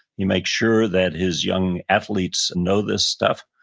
he makes sure that his young athletes and know this stuff,